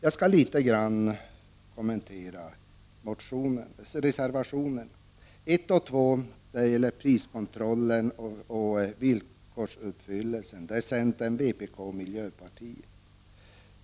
Reservationerna 1 och 2 från centern, vpk och miljöpartiet handlar om priskontrollen och villkorsuppfyllelsen.